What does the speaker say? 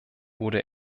wurde